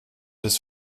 des